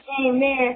Amen